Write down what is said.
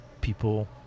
People